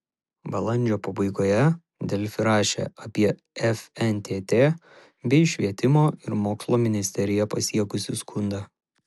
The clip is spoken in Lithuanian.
balandžio pabaigoje delfi rašė apie fntt bei švietimo ir mokslo ministeriją pasiekusį skundą